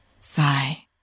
Sigh